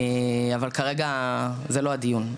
אבל כרגע זה לא הדיון.